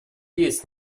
есть